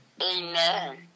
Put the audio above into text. amen